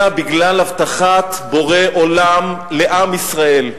אלא בגלל הבטחת בורא עולם לעם ישראל.